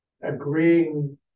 agreeing